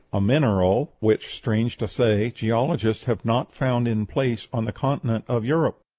a mineral which, strange to say, geologists have not found in place on the continent of europe.